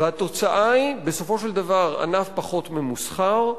והתוצאה היא בסופו של דבר ענף פחות ממוסחר,